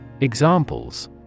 Examples